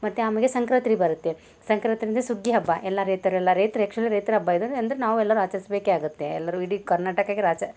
ಮತ್ತು ಆಮ್ಯಾಲೆ ಸಂಕ್ರಾತಿ ಬರುತ್ತೆ ಸಂಕ್ರಾತಿ ಅಂದರೆ ಸುಗ್ಗಿ ಹಬ್ಬ ಎಲ್ಲ ರೈತರೆಲ್ಲ ರೈತ್ರು ಆ್ಯಕ್ಚುಲಿ ರೈತ್ರ ಹಬ್ಬ ಇದು ಅಂದ್ರೆ ನಾವೆಲ್ಲರೂ ಆಚರಿಸ್ಬೇಕೇ ಆಗುತ್ತೆ ಎಲ್ಲರೂ ಇಡೀ ಕರ್ನಾಟಕಕ್ಕೆ ರಾಜ